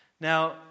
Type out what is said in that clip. Now